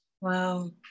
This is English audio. wow